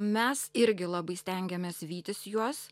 mes irgi labai stengiamės vytis juos